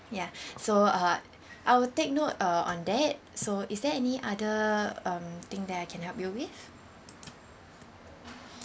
ya so uh I will take note uh on that so is there any other um thing that I can help you with